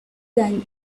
than